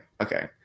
Okay